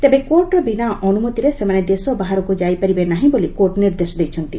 ତେବେ କୋର୍ଟର ବିନା ଅନୁମତିରେ ସେମାନେ ଦେଶ ବାହାରକୁ ଯାଇପାରିବେ ନାହିଁ ବୋଲି କୋର୍ଟ ନିର୍ଦ୍ଦେଶ ଦେଇଛନ୍ତି